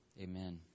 Amen